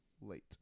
late